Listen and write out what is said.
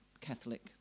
catholic